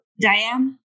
Diane